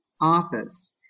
office